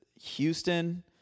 Houston